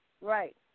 Right